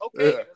okay